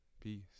Peace